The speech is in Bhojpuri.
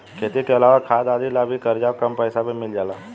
खेती के अलावा खाद आदि ला भी करजा कम पैसा पर मिल जाला